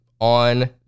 on